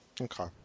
okay